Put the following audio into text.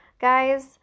guys